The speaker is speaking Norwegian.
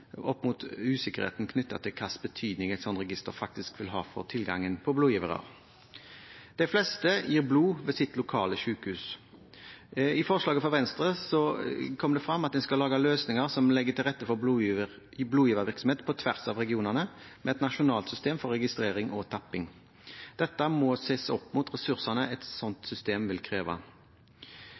opp mot usikkerheten knyttet til hva slags betydning et slikt register faktisk vil ha for tilgangen på blodgivere. De fleste gir blod ved sitt lokale sykehus. I forslaget fra Venstre kommer det fram at en skal lage løsninger som legger til rette for blodgivervirksomhet på tvers av regionene, med et nasjonalt system for registrering og tapping. Dette må ses opp mot ressursene et slikt system vil kreve.